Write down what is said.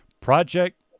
Project